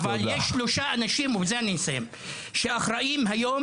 אבל יש שלושה אנשים שאחראים היום